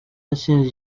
yatsinze